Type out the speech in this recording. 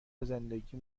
زندگی